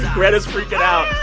greta's freaking out